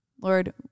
Lord